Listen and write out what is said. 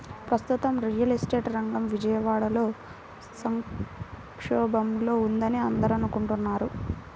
ప్రస్తుతం real estate రంగం విజయవాడలో సంక్షోభంలో ఉందని అందరూ అనుకుంటున్నారు